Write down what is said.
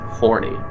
Horny